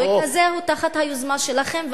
הוא תחת היוזמה שלכם,